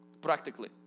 Practically